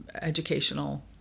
educational